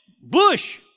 bush